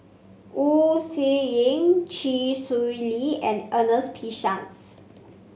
Wu Tsai Yen Chee Swee Lee and Ernest P Shanks